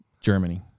Germany